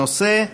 הנושא: